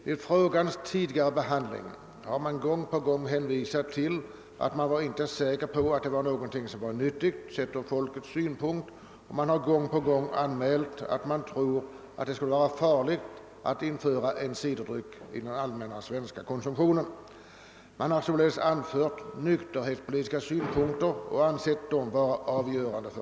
Vid frågans tidigare behandling har man gång på gång hänvisat till att man inte har kunnat vara säker på att det är nyttigt, sett ur folkhälsans synpunkt, att införa en ciderdryck i den allmänna svenska konsumtionen. Man har gång på gång sagt sig tro att det skulle vara farligt. Man har således ansett nykterhetspolitiska synpunkter vara avgörande.